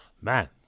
Man